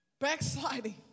Backsliding